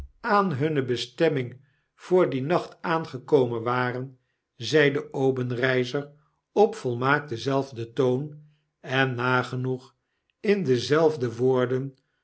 aan hunne bestemming voor dien nacht aangekomen waren zeide obenreizer op volmaakt denzelfden toon en nagenoeg in dezelfde woorden